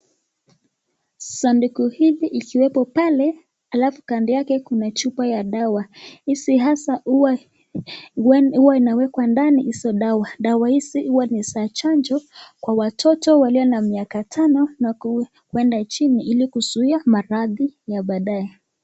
Sanduku hili ikiwepo pale alafu kando yake kuna chupa ya dawa. Hizi hasa huwa inawekwa ndani hizo dawa. Dawa hizi huwa ni za chanjo kwa watoto walio na miaka tano na kwenda chini ili kuzuia maradhi ya baadaye.